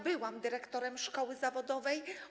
Byłam dyrektorem szkoły zawodowej.